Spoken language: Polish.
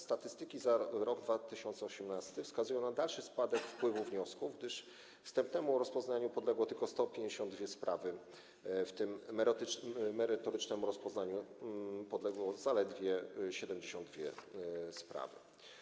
Statystyki za rok 2018 wskazują na dalszy spadek wpływu wniosków, gdyż wstępnemu rozpoznaniu podległy tylko 152 sprawy, w tym merytorycznemu rozpoznaniu podległy zaledwie 72 sprawy.